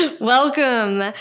Welcome